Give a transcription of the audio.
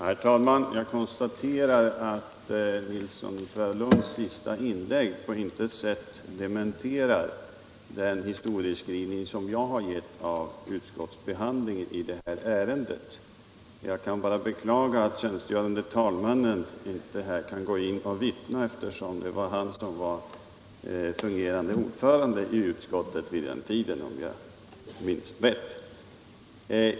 Herr talman! Jag konstaterar att herr Nilssons i Tvärålund sista inlägg på intet sätt dementerar den historieskrivning jag gjort av utskottets behandling av det här ärendet. Jag kan bara beklaga att tjänstgörande talmannen inte kan vittna, eftersom det var han som var fungerande ordförande i utskottet vid den tiden, om jag minns rätt.